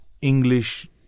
English